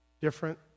different